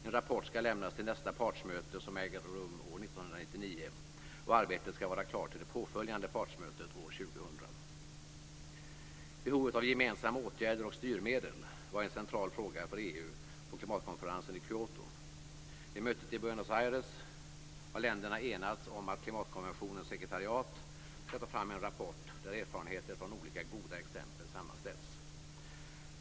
En rapport skall lämnas till nästa partsmöte som äger rum år 1999, och arbetet skall vara klart till det påföljande partsmötet år 2000. Behovet av gemensamma åtgärder och styrmedel var en central fråga för EU på klimatkonferensen i Kyoto. Vid mötet i Buenos Aires har länderna enats om att klimatkonventionens sekretariat skall ta fram en rapport där erfarenheter från olika goda exempel sammanställs.